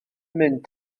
mynd